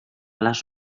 les